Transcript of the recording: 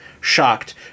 shocked